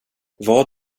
vad